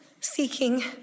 seeking